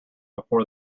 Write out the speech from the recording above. before